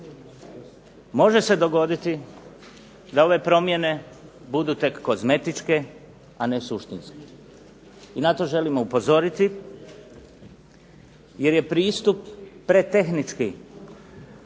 Može se dogoditi da ove promjene budu tek kozmetičke, a ne suštinske i na to želimo upozoriti jer je pristup pretehnički,